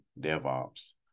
devops